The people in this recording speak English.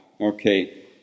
Okay